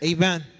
Amen